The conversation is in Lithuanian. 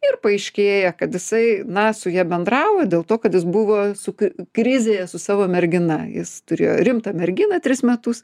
ir paaiškėja kad jisai na su ja bendravo dėl to kad jis buvo su krizėje su savo mergina jis turėjo rimtą merginą tris metus